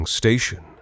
station